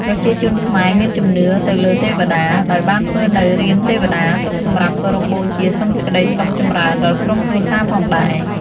ប្រជាជនខ្មែរមានជំនឿទៅលើទេវតា ដោយបានធ្វើនូវរានទេវតាទុកសម្រាប់គោរពបូជាសុំសេចក្ដីសុខចម្រើនដល់ក្រុមគ្រួសារផងដែរ